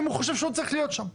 אם הוא חושב שהוא לא צריך להיות שם.